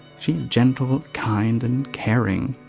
she's gentle, kind and caring.